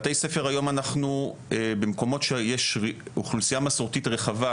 בתי ספר היום אנחנו במקומות שיש אוכלוסייה מסורתית רחבה,